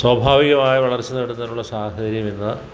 സ്വാഭാവികമായ വളര്ച്ച നേടുന്നതിനുള്ള സാഹചര്യം ഇന്ന്